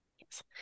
Yes